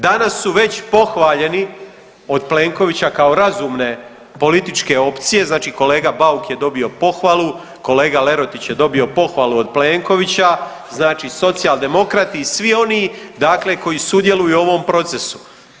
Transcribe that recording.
Danas su već pohvaljeni od Plenkovića kao razumne političke opcije, znači kolega Bauk je dobio pohvalu, kolega Lerotić je dobio pohvalu od Plenkovića, znači Socijaldemokrati i svi oni dakle koji sudjeluju u ovom procesu.